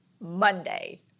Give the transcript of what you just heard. Monday